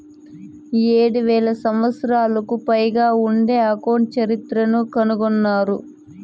ఏడు వేల సంవత్సరాలకు పైగా ఉండే అకౌంట్ చరిత్రను కనుగొన్నారు